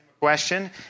question